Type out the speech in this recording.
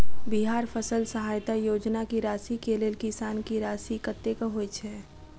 बिहार फसल सहायता योजना की राशि केँ लेल किसान की राशि कतेक होए छै?